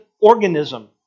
organism